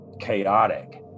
chaotic